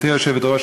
גברתי היושבת-ראש,